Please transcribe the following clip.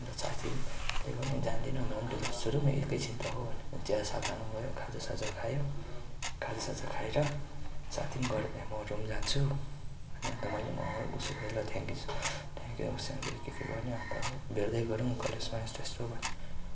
साथीले त्यही भन्यो जाँदिन म पनि ढिलो छु र एकैछिन त हो भन्यो चियासिया खानु भयो खाजा साजा खायौँ खाजासाजा खाएर साथी पनि घर म रुम जान्छु भन्यो अन्त मैले पनि अँ उसो भए ल थ्याङ्क यू छ थ्याङ्क यू है उसले के के भन्यो अन्त भेट्दै गरौँ कलेजमा यस्तो यस्तो भन्यो